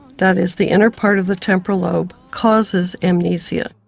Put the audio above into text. that is the inner part of the temporal lobe, causes amnesia.